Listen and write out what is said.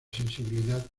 sensibilidad